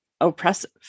oppressive